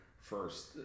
first